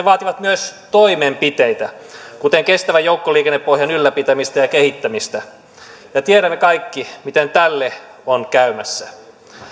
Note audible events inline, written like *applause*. *unintelligible* vaativat myös toimenpiteitä kuten kestävän joukkoliikennepohjan ylläpitämistä ja ja kehittämistä ja tiedämme kaikki miten tälle on käymässä